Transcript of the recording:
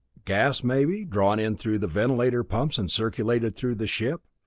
gas, maybe, drawn in through the ventilator pumps and circulated through the ship.